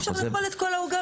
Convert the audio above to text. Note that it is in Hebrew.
אי אפשר לאכול את כל העוגה.